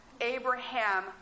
Abraham